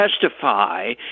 testify